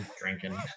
drinking